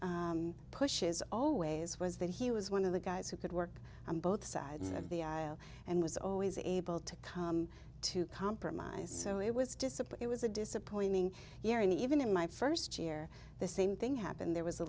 pushes always was that he was one of the guys who could work on both sides of the aisle and was always able to come to compromise so it was discipline it was a disappointing year and even in my first year the same thing happened there was a